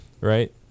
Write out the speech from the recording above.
Right